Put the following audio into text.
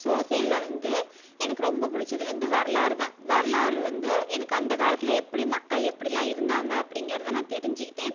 சோசியலில் வந்து எனக்கு ரொம்பப் பிடிச்சது வந்து வரலாறு தான் வரலாறு வந்து எனக்கு அந்தக் காலத்தில் எப்படி மக்கள் எப்படில்லாம் இருந்தாங்கள் அப்படிங்கறத நான் தெரிஞ்சுக்கிட்டேன்